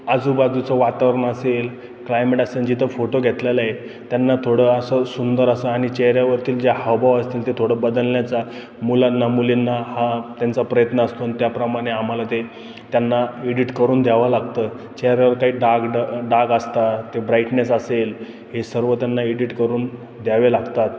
आजूबाजूचं वातावरण असेल क्लायमेट असेन जिथं फोटो घेतलेला आहे त्यांना थोडं असं सुंदर असं आणि चेहऱ्यावरतील जे हावभाव असतील ते थोडं बदलण्याचा मुलांना मुलींना हा त्यांचा प्रयत्न असतो आणि त्याप्रमाणे आम्हाला ते त्यांना इडिट करून द्यावं लागतं चेहऱ्यावर काही डाग ड डाग असतात ते ब्राईटनेस असेल हे सर्व त्यांना एडिट करून द्यावे लागतात